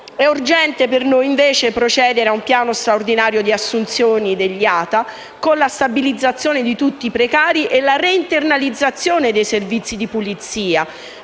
urgente per noi procedere a un piano straordinario di assunzione degli ATA, con la stabilizzazione di tutti i precari e la reinternalizzazione dei servizi di pulizia,